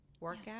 workout